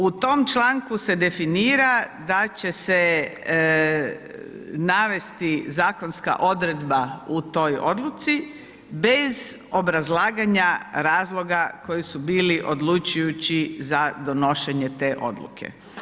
U tom članku se definira da će se navesti zakonska odredba u toj Odluci bez obrazlaganja razloga koji su bili odlučujući za donošenje te Odluke.